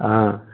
हाँ